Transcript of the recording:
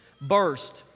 burst